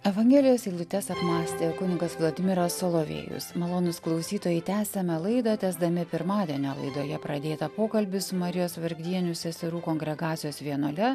evangelijos eilutes apmąstė kunigas vladimiras solovėjus malonūs klausytojai tęsiame laidą tęsdami pirmadienio laidoje pradėtą pokalbį su marijos vargdienių seserų kongregacijos vienuole